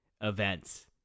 events